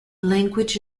language